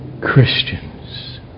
Christians